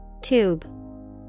Tube